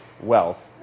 wealth